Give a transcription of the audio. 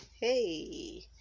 hey